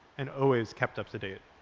and always kept up-to-date.